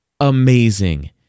amazing